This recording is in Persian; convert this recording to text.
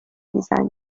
میزنی